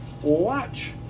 Watch